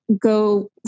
go